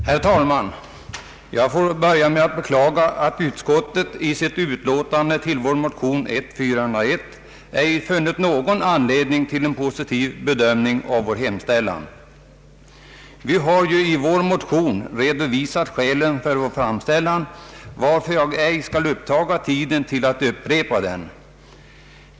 Herr talman! Jag får börja med att beklaga att utskottet i sitt utlåtande till vår motion I:401 ej funnit någon anledning till en positiv bedömning av vår hemställan. Vi har i vår motion redovisat skälen för vår framställning, varför jag ej skall upptaga tiden med att upprepa dem.